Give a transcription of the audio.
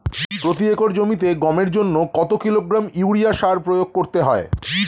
প্রতি একর জমিতে গমের জন্য কত কিলোগ্রাম ইউরিয়া সার প্রয়োগ করতে হয়?